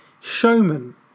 showman